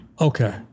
okay